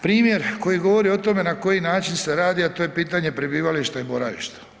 Primjer koji govori o tome na koji način se radi a to je pitanje prebivališta i boravišta.